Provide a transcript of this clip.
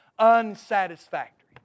unsatisfactory